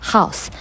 House